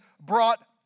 brought